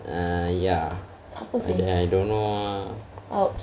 !aiya! I don't know ah